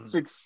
Six